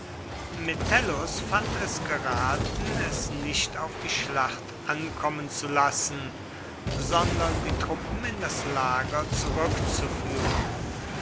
metellus fand es geraten es nicht auf die schlacht ankommen zu lassen sondern die truppen in das lager zurückzuführen